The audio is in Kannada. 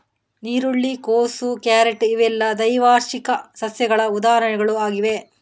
ನೀರುಳ್ಳಿ, ಕೋಸು, ಕ್ಯಾರೆಟ್ ಇವೆಲ್ಲ ದ್ವೈವಾರ್ಷಿಕ ಸಸ್ಯಗಳ ಉದಾಹರಣೆಗಳು ಆಗಿವೆ